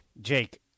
Jake